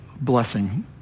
blessing